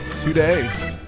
today